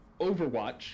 Overwatch